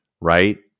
right